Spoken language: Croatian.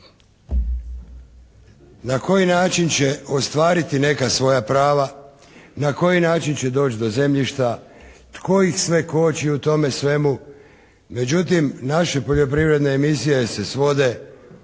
na koji način će ostvariti neka svoja prava, na koji način će doći do zemljišta, tko ih sve koči u tome svemu. Međutim, naše poljoprivredne emisije se svode